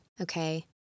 okay